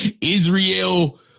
Israel